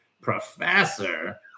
Professor